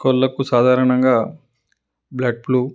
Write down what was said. కోళ్ళకు సాధారణంగా blood flu